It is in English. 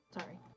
Sorry